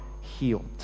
healed